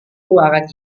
ruangan